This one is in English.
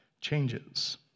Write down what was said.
changes